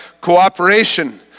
cooperation